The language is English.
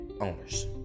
owners